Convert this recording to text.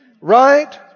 right